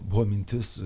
buvo mintis